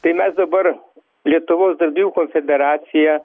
tai mes dabar lietuvos darbdavių konfederacija